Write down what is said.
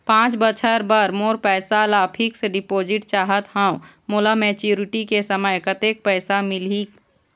पांच बछर बर मोर पैसा ला फिक्स डिपोजिट चाहत हंव, मोला मैच्योरिटी के समय कतेक पैसा मिल ही?